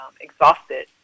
exhausted